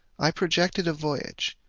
i projected a voyage,